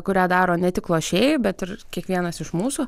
kurią daro ne tik lošėjai bet ir kiekvienas iš mūsų